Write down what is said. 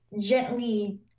gently